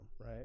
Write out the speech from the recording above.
right